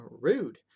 rude